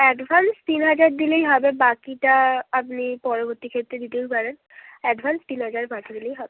advance তিন হাজার দিলেই হবে বাকিটা আপনি পরবর্তী ক্ষেত্রে দিতেও পারেন অ্যাডভান্স তিন হাজার পাঠিয়ে দিলেই হবে